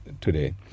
today